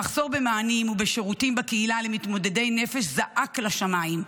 המחסור במענים ובשירותים בקהילה למתמודדי נפש זעק לשמיים.